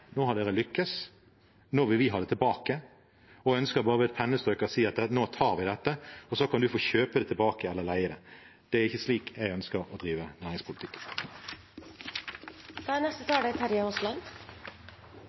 nå har dere lyktes, nå vil vi ha det tilbake. Man ønsker å gjøre det med bare et pennestrøk, og sier: Nå tar vi dette, og så kan du få kjøpe det tilbake eller leie det. – Det er ikke slik jeg ønsker å drive